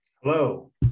Hello